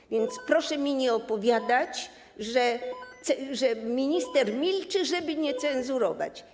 Tak więc proszę mi nie opowiadać, że minister milczy, żeby nie cenzurować.